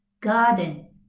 Garden